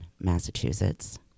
Massachusetts